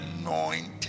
anointed